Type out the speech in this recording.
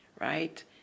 right